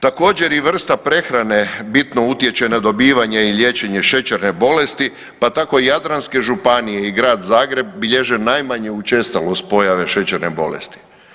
Također i vrsta prehrane bitno utječe na dobivanje i liječenje šećerne bolesti pa tako jadranske županije i Grad Zagreb bilježe najmanje učestalost pojave šećerne bolesti.